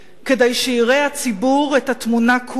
כדי שיראה הציבור את התמונה כולה.